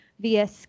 via